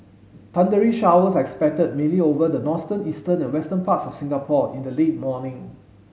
thundery showers are expected mainly over the northern eastern and western parts of Singapore in the late morning